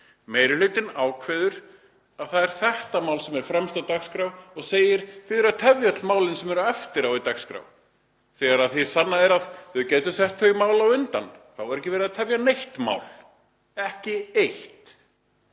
Meiri hlutinn ákveður að það sé þetta mál sem er fremst á dagskrá og segir: Þið eruð að tefja öll málin sem eru síðar á dagskrá, þegar hið sanna er að hægt væri að setja þau mál á undan. Þá er ekki verið að tefja neitt mál, ekki eitt.